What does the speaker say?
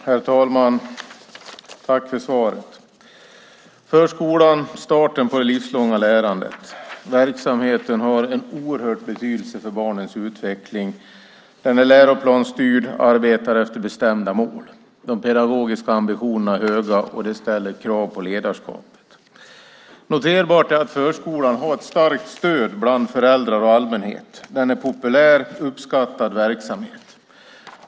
Herr talman! Tack för svaret, utbildningsministern! Förskolan är starten på det livslånga lärandet. Verksamheten har en oerhörd betydelse för barnens utveckling. Den är läroplansstyrd och arbetar efter bestämda mål. De pedagogiska ambitionerna är höga, och detta ställer krav på ledarskap. Noterbart är att förskolan har ett starkt stöd bland föräldrar och allmänhet. Det är en populär och uppskattad verksamhet.